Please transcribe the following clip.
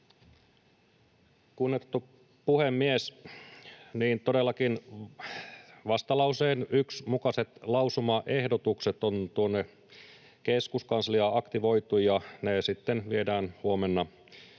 Kunnioitettu puhemies! Todellakin vastalauseen 1 mukaiset lausumaehdotukset on tuonne keskuskansliaan aktivoitu ja ne sitten viedään huomenna